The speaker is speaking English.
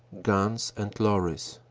guns and lorries.